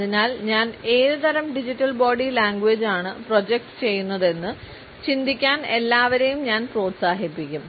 അതിനാൽ ഞാൻ ഏതുതരം ഡിജിറ്റൽ ബോഡി ലാംഗ്വേജാണ് പ്രൊജക്റ്റ് ചെയ്യുന്നതെന്ന് ചിന്തിക്കാൻ എല്ലാവരേയും ഞാൻ പ്രോത്സാഹിപ്പിക്കും